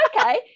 okay